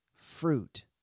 fruit